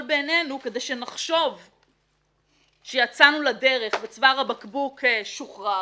בעינינו כדי שנחשוב שיצאנו לדרך וצוואר הבקבוק שוחרר,